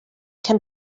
can